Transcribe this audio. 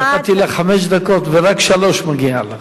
נתתי לך חמש דקות ורק שלוש מגיע לך.